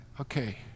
okay